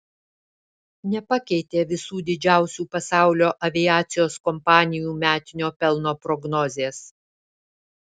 nepakeitė visų didžiausių pasaulio aviacijos kompanijų metinio pelno prognozės